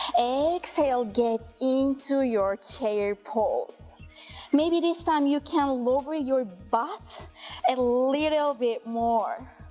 exhale, get into your chair pose maybe this time you can lower your butt a little bit more,